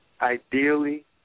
Ideally